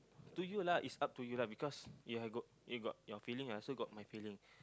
to you lah it's up to you lah because ya I got you got your feeling I also got my feeling